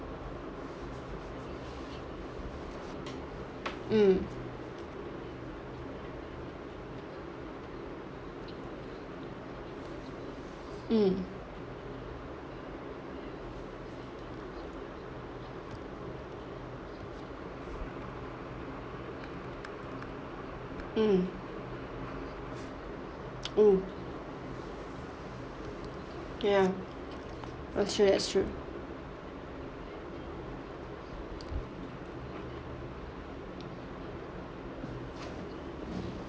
mm mm mm mm ya that's true that's true